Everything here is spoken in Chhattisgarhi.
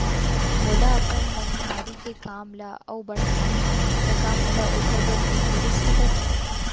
मोला अपन मनिहारी के काम ला अऊ बढ़ाना हे त का मोला ओखर बर ऋण मिलिस सकत हे?